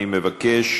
אני מבקש